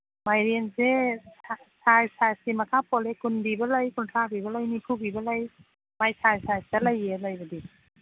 ꯃꯥꯏꯔꯦꯟꯁꯦ size ꯁꯥꯏꯁꯀꯤ ꯃꯈꯥ ꯄꯣꯜꯂꯦ ꯀꯨꯟ ꯄꯤꯕ ꯂꯩ ꯀꯨꯟꯊ꯭ꯔꯥ ꯄꯤꯕ ꯂꯩ ꯅꯤꯐꯨ ꯄꯤꯕ ꯂꯩ ꯃꯥꯏ ꯁꯥꯏꯁ ꯁꯥꯏꯁꯇ ꯂꯩꯌꯦ ꯂꯩꯕꯗꯤ